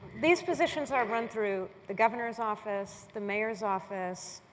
these positions are run through the governor's office, the mayor's office,